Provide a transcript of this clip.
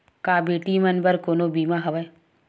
का बेटी मन बर कोनो बीमा हवय?